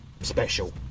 special